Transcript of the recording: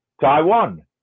Taiwan